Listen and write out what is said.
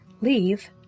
leave